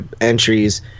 entries